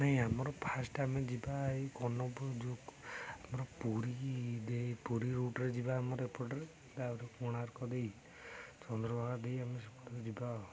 ନାଇଁ ଆମର ଫାଷ୍ଟ ଆମେ ଯିବା ଏଇ କନକପୁର ଯେଉଁ ଆମର ପୁରୀ ଦେଇ ପୁରୀ ରୁଟ୍ରେ ଯିବା ଆମର ଏପଟରେ ତା'ପରେ କୋଣାର୍କ ଦେଇ ଚନ୍ଦ୍ରଭାଗା ଦେଇ ଆମେ ସେପଟେ ଯିବା ଆଉ